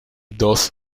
dos